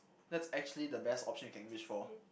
that's actually the best option you can wish for